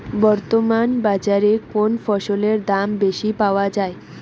বর্তমান বাজারে কোন ফসলের দাম বেশি পাওয়া য়ায়?